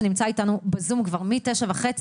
שנמצא איתנו בזום כבר מ-09:30,